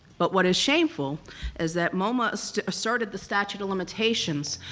but what is shameful is that moma so asserted the statute of limitations,